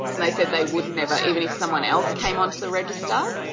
and they said they would never, even if someone else came on to the register,